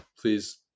please